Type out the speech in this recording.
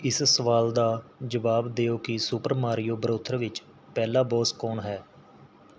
ਇਸ ਸਵਾਲ ਦਾ ਜਵਾਬ ਦਿਓ ਕਿ ਸੁਪਰ ਮਾਰੀਓ ਬਰੋਥਰ ਵਿੱਚ ਪਹਿਲਾ ਬੌਸ ਕੌਣ ਹੈ